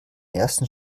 ersten